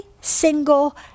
single